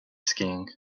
skiing